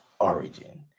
origin